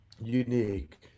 unique